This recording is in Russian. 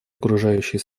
окружающей